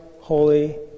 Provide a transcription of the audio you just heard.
holy